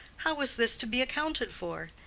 how was this to be accounted for?